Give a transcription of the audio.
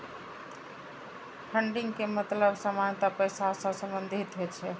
funding के मतलब सामान्यतः पैसा सं संबंधित होइ छै